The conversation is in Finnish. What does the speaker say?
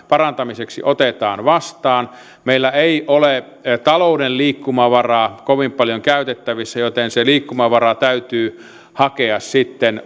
parantamiseksi otetaan vastaan meillä ei ole talouden liikkumavaraa kovin paljon käytettävissä joten se liikkumavara täytyy hakea sitten